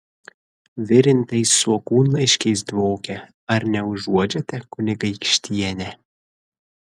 virintais svogūnlaiškiais dvokia ar neužuodžiate kunigaikštiene